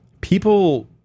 people